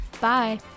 bye